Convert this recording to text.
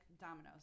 dominoes